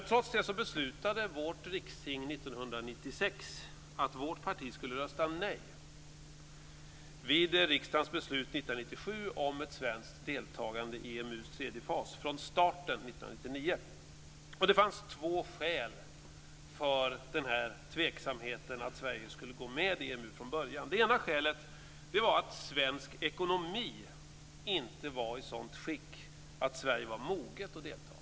Trots detta beslutade 1996 års riksting att vårt parti skulle rösta nej vid riksdagens beslut 1997 om ett svenskt deltagande i EMU:s tredje fas från starten 1999. Det fanns två skäl till denna tveksamhet om att Sverige skulle gå med i EMU från början. Det ena skälet var att svensk ekonomi inte var i sådant skick att Sverige var moget att delta.